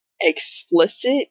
explicit